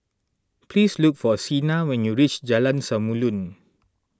please look for Cena when you reach Jalan Samulun